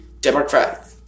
Democrat